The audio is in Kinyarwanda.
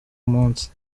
munsi